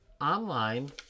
online